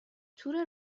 تور